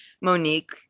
Monique